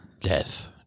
death